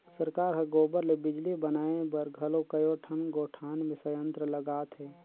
सरकार हर गोबर ले बिजली बनाए बर घलो कयोठन गोठान मे संयंत्र लगात हे